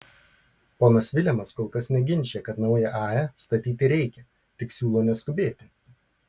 ponas vilemas kol kas neginčija kad naują ae statyti reikia tik siūlo neskubėti